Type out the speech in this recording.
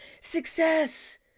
success